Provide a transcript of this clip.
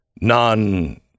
non